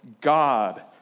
God